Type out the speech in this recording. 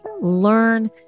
learn